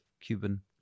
cuban